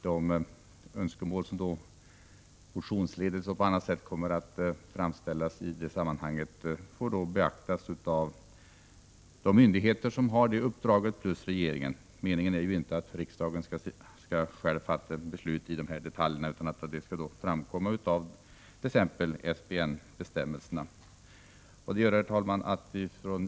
De önskemål som motionsledes och på annat sätt framställs i detta sammanhang får beaktas av de myndigheter som har detta uppdrag plus regeringen. Meningen är ju inte att riksdagen skall fatta beslut om dessa detaljer, utan de skall framgå av t.ex. SBN-bestämmelserna.